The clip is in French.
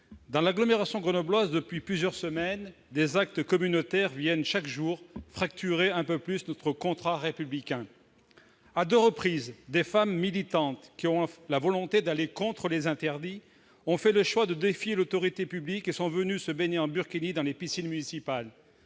Dans l'agglomération grenobloise, depuis plusieurs semaines, des actes communautaires viennent chaque jour fracturer un peu plus notre contrat républicain. À deux reprises, des femmes militantes, qui ont la volonté d'aller contre les interdits, ont fait le choix de défier l'autorité publique en venant se baigner en burkini dans les piscines municipales,